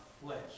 flesh